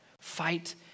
Fight